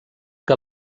que